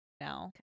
now